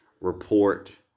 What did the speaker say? report